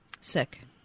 sick